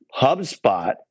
HubSpot